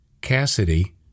Cassidy